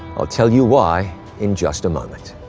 i'll tell you why in just a moment.